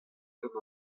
gant